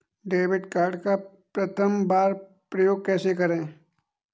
Debit card का प्रथम बार उपयोग कैसे करेंगे?